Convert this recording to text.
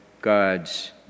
God's